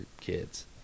kids